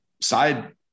side